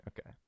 Okay